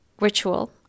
ritual